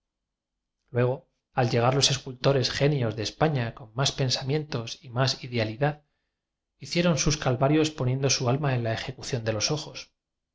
luego al llegar los escultores genios de españa con más pensamientos y más idealidad hicieron sus calvarios po niendo su alma en la ejecución de los ojos